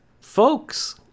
folks